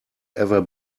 ever